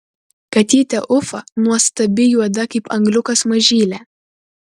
katytė ufa nuostabi juoda kaip angliukas mažylė